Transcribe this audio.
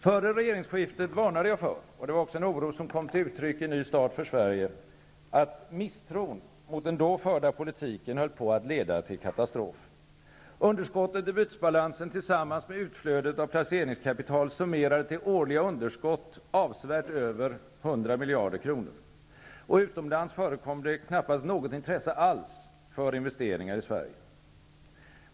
Före regeringsskiftet varnade jag för -- och det var också en oro som kom till uttryck i Ny start för Sverige -- att misstron mot den då förda politiken höll på att leda till katastrof. Underskottet i bytesbalansen tillsammans med utflödet av placeringskapital summerade till årliga underskott avsevärt över 100 miljarder kronor, och utomlands förekom det knappast något intresse alls för investeringar i Sverige.